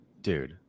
dude